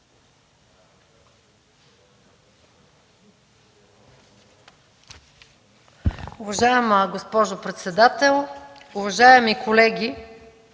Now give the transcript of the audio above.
Уважаема госпожо председател, уважаеми колеги!